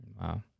Wow